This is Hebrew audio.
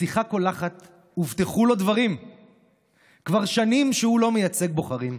/ השיחה קולחת / הובטחו לו דברים / כבר שנים שהוא לא מייצג בוחרים".